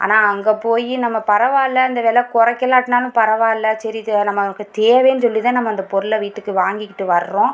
ஆனால் அங்கே போய் நம்ம பரவாயில்ல இந்த வெலை குறைக்கலாட்னாலும் பரவாயில்ல சரி இது நம்மளுக்கு தேவைன்னு சொல்லி தான் நம்ம அந்த பொருளை வீட்டுக்கு வாங்கிகிட்டு வர்றோம்